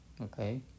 Okay